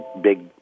big